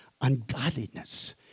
ungodliness